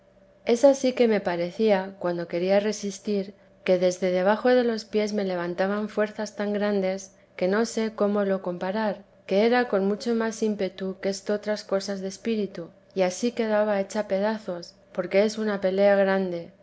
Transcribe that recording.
es ansí que me parecía cuando quería resistir que desde debajo de los pies me levantaban fuerzas tan grandes que no sé cómo lo comparar que era con mucho más ímpetu que estotras cosas de espíritu y ansí quedaba hecha pedazos porque es una pelea grande